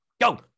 go